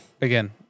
Again